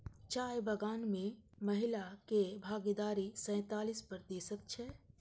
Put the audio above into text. चाय बगान मे महिलाक भागीदारी सैंतालिस प्रतिशत छै